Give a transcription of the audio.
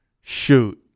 shoot